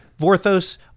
Vorthos